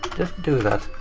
do that.